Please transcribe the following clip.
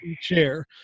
chair